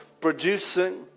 producing